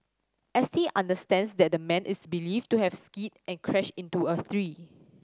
S T understands that the man is believed to have skidded and crashed into a tree